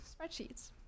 spreadsheets